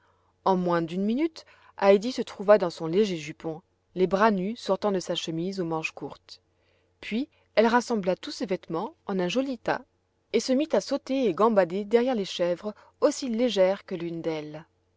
en moins d'une minute heidi se trouva dans son léger jupon les bras nus sortant de sa chemise aux manches courtes puis elle rassembla tous ses vêtements en un joli tas et se mit à sauter et gambader derrière les mièvres aussi légère que l'une d'elles